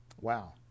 Wow